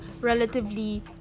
relatively